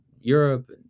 Europe